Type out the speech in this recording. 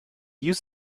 use